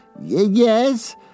Yes